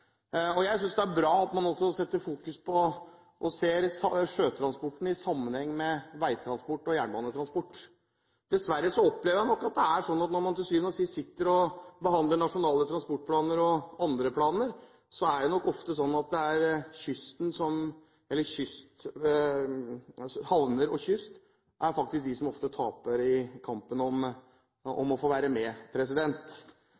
Jeg synes det er bra at man også setter fokus på og ser sjøtransporten i sammenheng med veitransport og jernbanetransport. Dessverre opplever jeg nok at det er slik at når man til syvende og sist sitter og behandler nasjonale transportplaner og andre planer, er det havner og kyst som oftest taper i kampen om å få være med. Jeg tror også man bør se på hvilke havner som